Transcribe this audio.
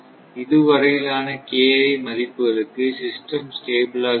இது வரையிலான ன் மதிப்புகளுக்கு சிஸ்டம் ஸ்டேபிள் ஆக இருக்கும்